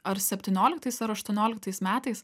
ar septynioliktais ar aštuonioliktais metais